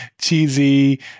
cheesy